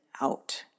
out